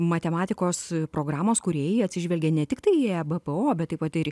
matematikos programos kūrėjai atsižvelgia ne tiktai į ebpo bet taip pat ir